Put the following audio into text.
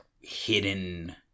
hidden